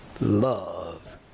love